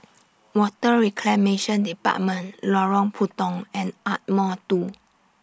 Water Reclamation department Lorong Puntong and Ardmore two